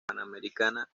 panamericana